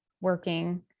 working